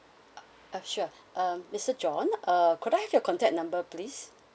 uh ah sure uh mister john uh could I have your contact number please